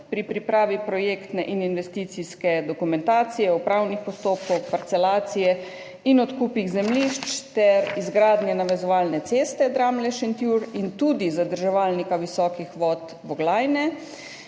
pri pripravi projektne in investicijske dokumentacije, upravnih postopkov, parcelacije in odkupov zemljišč ter izgradnje navezovalne ceste Dramlje–Šentjur in tudi zadrževalnika visokih vod Voglajne.